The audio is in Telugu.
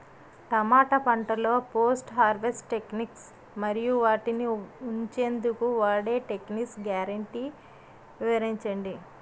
టమాటా పంటలో పోస్ట్ హార్వెస్ట్ టెక్నిక్స్ మరియు వాటిని ఉంచెందుకు వాడే టెక్నిక్స్ గ్యారంటీ వివరించండి?